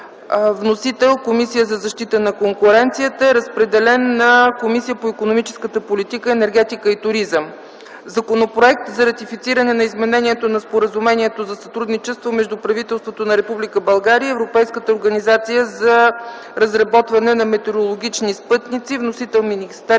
Вносител е Комисията за защита на конкуренцията. Разпределен е на Комисията по икономическата политика, енергетика и туризъм. Законопроект за ратифициране на изменението на Споразумението за сътрудничество между правителството на Република България и Европейската организация за разработване на метеорологични спътници. Вносител е Министерският